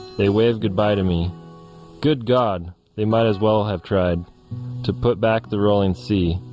they wave goodbye to me good god they might as well have tried to put back the rolling sea,